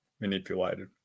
manipulated